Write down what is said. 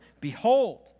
Behold